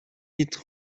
vite